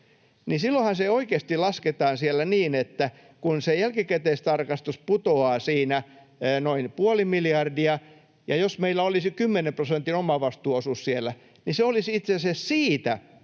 silloinhan se oikeasti lasketaan siellä niin, että kun se jälkikäteistarkistus putoaa siinä noin puoli miljardia ja meillä oli se kymmenen prosentin omavastuuosuus siellä, niin se olisi itse asiassa siitä